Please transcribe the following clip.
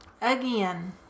again